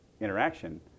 interaction